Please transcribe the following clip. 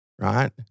right